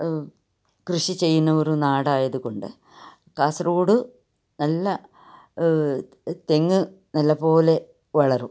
കൃഷി ചെയ്യുന്നൊരു നാടായതു കൊണ്ട് കാസർഗോഡ് നല്ല തെങ്ങ് നല്ലതു പോലെ വളരും